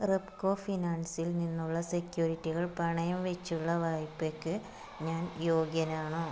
റെപ്കോ ഫിനാൻസിൽ നിന്നുള്ള സെക്യൂരിറ്റികൾ പണയംവെച്ചുള്ള വായ്പയ്ക്ക് ഞാൻ യോഗ്യനാണോ